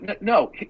No